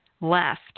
left